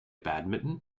badminton